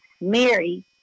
Mary